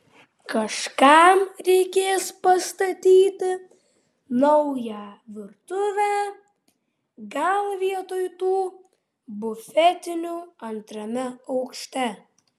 kažkam reikės pastatyti naują virtuvę gal vietoj tų bufetinių antrame aukšte